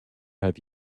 have